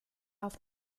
auf